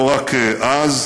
לא רק אז,